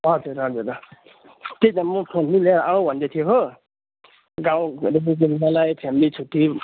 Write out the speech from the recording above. हजुर हजुर त्यही त म फ्यामिली लिएर आऊँ भन्दै थिएँ हो गाउँ घुम्नुलाई फ्यामिली छुट्टी